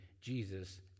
Jesus